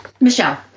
Michelle